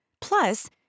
Plus